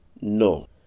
No